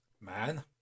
man